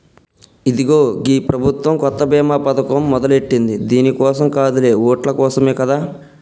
ఇదిగో గీ ప్రభుత్వం కొత్త బీమా పథకం మొదలెట్టింది దీని కోసం కాదులే ఓట్ల కోసమే కదా